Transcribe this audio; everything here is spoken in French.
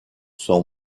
sont